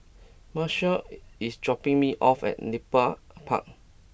Marshall is dropping me off at Nepal Park